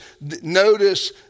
notice